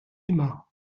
immer